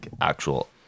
actual